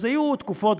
אז היו תקופות,